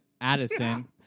Addison